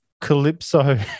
Calypso